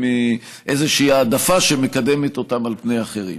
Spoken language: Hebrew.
איזושהי העדפה שמקדמת אותם על פני אחרים.